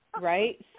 Right